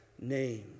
name